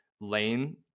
lane